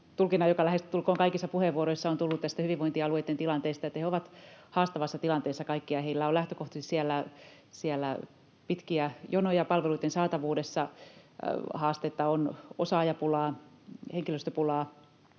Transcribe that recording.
tulkinnan, joka lähestulkoon kaikissa puheenvuoroissa on tullut tästä hyvinvointialueitten tilanteesta, että ne kaikki ovat haastavassa tilanteessa. Heillä on lähtökohtaisesti siellä pitkiä jonoja palveluitten saatavuudessa, haasteina ovat osaajapula ja henkilöstöpula,